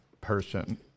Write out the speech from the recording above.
person